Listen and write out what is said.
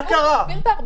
מה קרה?